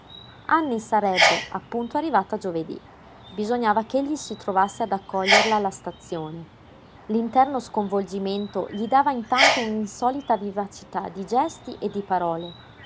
anny sarebbe appunto arrivata giovedí bisognava ch'egli si trovasse ad accoglierla alla stazione l'interno sconvolgimento gli dava intanto un'insolita vivacità di gesti e di parole